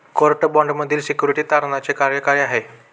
Court बाँडमधील securities तारणाचे कार्य काय आहे?